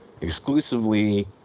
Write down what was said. exclusively